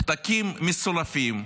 פתקים מסולפים,